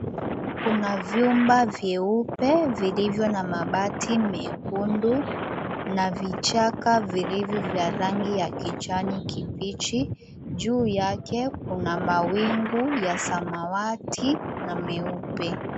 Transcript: Kuna vyumba vyeupe vilivyo na mabati mekundu na vichaka vilivyo vya rangi ya kijani kibichi, juu yake kuna mawingu ya samawati na meupe.